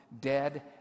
Dead